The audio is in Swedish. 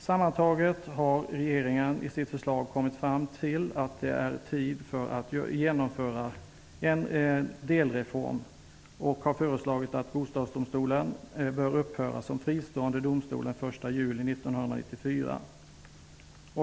Sammantaget har regeringen i sitt förslag kommit fram till att det är tid för att genomföra en delreform. Den har föreslagit att Bostadsdomstolen bör upphöra som fristående domstol den 1 juli 1994.